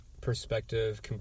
perspective